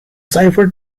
cipher